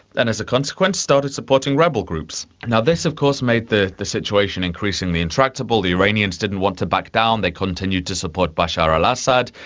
and as a consequence started supporting rebel groups. now, this of course made the the situation increasingly intractable. the iranians didn't want to back down, they continued to support bashar al-assad,